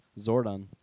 Zordon